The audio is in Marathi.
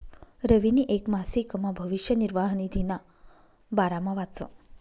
रवीनी येक मासिकमा भविष्य निर्वाह निधीना बारामा वाचं